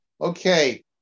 Okay